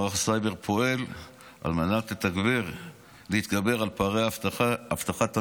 מערך הסייבר פועל על מנת להתגבר על פערי אבטחת המידע,